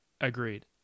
Agreed